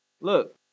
Look